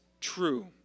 true